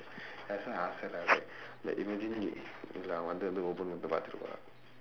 that's why I ask her lah like like imagine you பாத்துட போறா:paaththuda pooraa